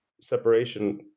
separation